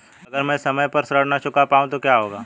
अगर म ैं समय पर ऋण न चुका पाउँ तो क्या होगा?